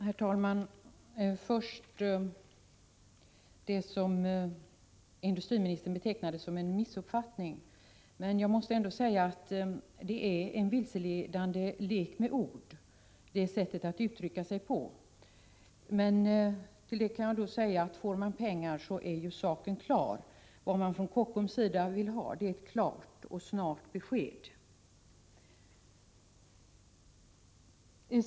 Herr talman! Beträffande det som industriministern betecknade som en missuppfattning måste jag säga, att det sättet att uttrycka sig som görs i svaret om subventioner är en vilseledande lek med ord. Men får man pengar är saken klar. Vad man från Kockums sida vill ha är ett klart och snabbt besked.